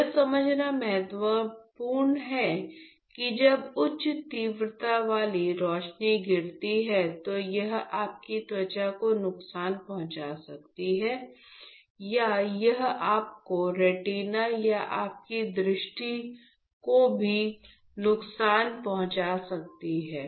यह समझना महत्वपूर्ण है कि जब उच्च तीव्रता वाली रोशनी गिरती है तो यह आपकी त्वचा को नुकसान पहुंचा सकती है या यह आपके रेटिना या आपकी दृष्टि को भी नुकसान पहुंचा सकती है